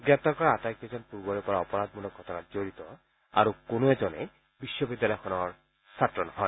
গ্ৰেপ্তাৰ কৰা আটাইকেইজন পূৰ্বৰে পৰা অপৰাধমলক ঘটনাত জড়িত আৰু কোনো এজনে বিশ্ববিদ্যালয়খনৰ ছাত্ৰ নহয়